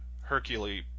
Hercule